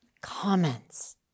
comments